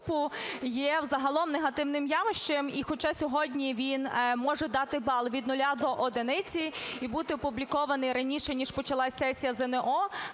є загалом негативним явищем. І хоча сьогодні він може дати бал від нуля до одиниці і бути опублікований раніше ніж почалася сесія ЗНО,